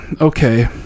Okay